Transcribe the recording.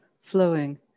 flowing